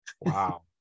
wow